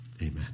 Amen